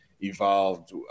evolved